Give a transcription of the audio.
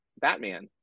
Batman